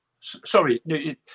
sorry